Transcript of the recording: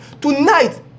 Tonight